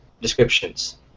descriptions